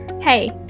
Hey